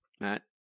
Matt